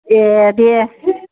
ए दे